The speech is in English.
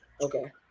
okay